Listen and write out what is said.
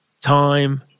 time